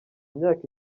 myaka